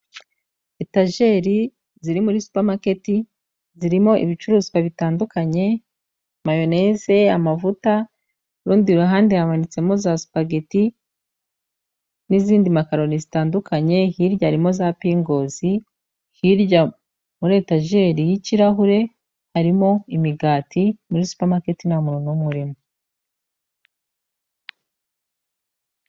Etajeri ziri muri supamaketi zirimo ibicuruzwa bitandukanye, mayoneze, amavuta, ku rundi ruhande hamanitsemo za supageti n'izindi makaroni zitandukanye, hirya harimo za pingozi, hirya muri etajeri y'ikirahure harimo imigati, muri supamakiti nta muntu n'umuwe urimo.